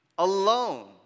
Alone